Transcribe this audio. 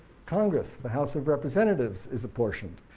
congress, the house of representatives is apportioned,